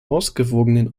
ausgewogenen